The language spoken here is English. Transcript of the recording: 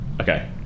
okay